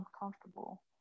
uncomfortable